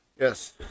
Yes